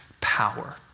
power